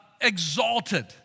exalted